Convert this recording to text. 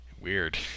Weird